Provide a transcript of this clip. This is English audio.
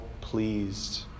pleased